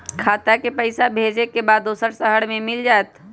खाता के पईसा भेजेए के बा दुसर शहर में मिल जाए त?